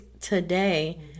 today